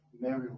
Mary